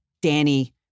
Danny